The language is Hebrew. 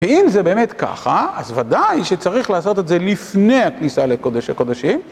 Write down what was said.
ואם זה באמת ככה, אז ודאי שצריך לעשות את זה לפני הכניסה לקודש הקודשים.